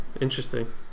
Interesting